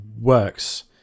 works